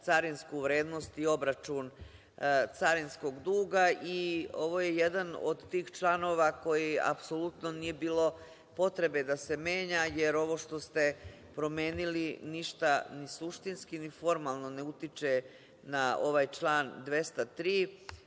carinsku vrednost i obračun carinskog duga i ovo je jedan od tih članova koji apsolutno nije bilo potrebe da se menja, jer ovo što ste promenili ništa ni suštinski, ni formalno ne utiče na ovaj član 203.Prva